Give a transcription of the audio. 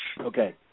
Okay